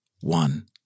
one